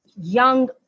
young